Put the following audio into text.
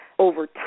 over